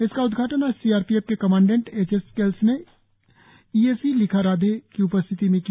इसका उद्घाटन आज सी आर पी एफ के कमांडेंट एच एस केल्स ने ई ए सी लिखा राधे की मौजूदगी में किया